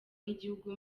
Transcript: y’igihugu